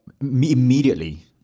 immediately